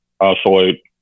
isolate